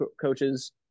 coaches